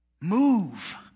Move